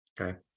Okay